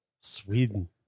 Sweden